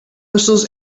whistles